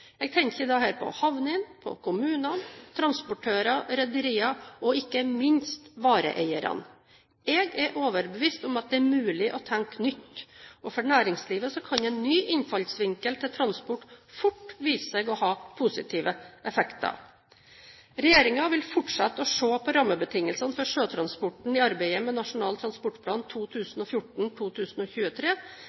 Jeg tenker på havner, kommuner, transportører, rederier og ikke minst vareeiere. Jeg er overbevist om at det er mulig å tenke nytt, og for næringslivet kan en ny innfallsvinkel til transport fort vise seg å ha positive effekter. Regjeringen vil fortsette å se på rammebetingelsene for sjøtransporten i arbeidet med Nasjonal transportplan